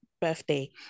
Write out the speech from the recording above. Birthday